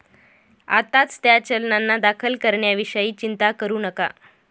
आत्ताच त्या चलनांना दाखल करण्याविषयी चिंता करू नका